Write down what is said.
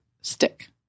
stick